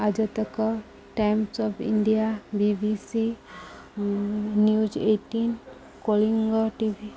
Aaj Tak Times of India B B C news eighteen Kalinga T V